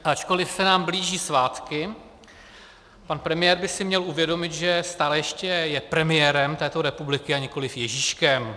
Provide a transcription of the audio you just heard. Ačkoliv se nám blíží svátky, pan premiér by si měl uvědomit, že stále ještě je premiérem této republiky a nikoliv Ježíškem.